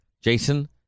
Jason